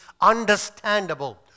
understandable